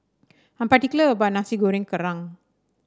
I'm particular about Nasi Goreng Kerang